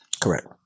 Correct